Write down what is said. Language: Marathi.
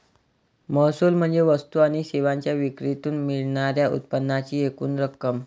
महसूल म्हणजे वस्तू आणि सेवांच्या विक्रीतून मिळणार्या उत्पन्नाची एकूण रक्कम